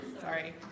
Sorry